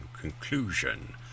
conclusion